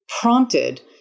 prompted